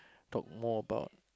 talk more about